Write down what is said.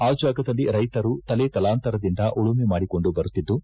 ಆ ಜಾಗದಲ್ಲಿ ರೈತರು ತಲೆ ತಲಾಂತರದಿಂದ ಉಳುಮೆ ಮಾಡಿಕೊಂಡು ಬರುತ್ತಿದ್ದು